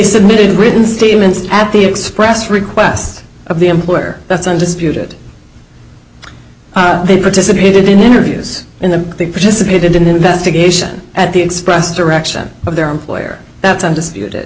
submitted written statements at the express request of the employer that's undisputed they participated in interviews in the they participated in the investigation at the express direction of their employer that's undisputed